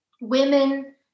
women